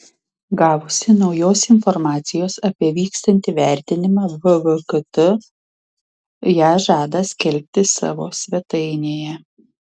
gavusi naujos informacijos apie vykstantį vertinimą vvkt ją žada skelbti savo svetainėje